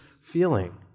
feeling